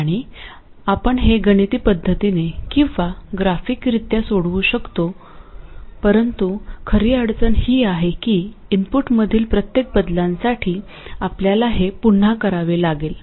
आणि आपण हे गणिती पद्धतीने किंवा ग्राफिकरित्या सोडवू शकतो परंतु खरी अडचण ही आहे की इनपुटमधील प्रत्येक बदलांसाठी आपल्याला हे पुन्हा करावे लागेल